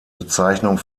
bezeichnung